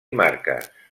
marques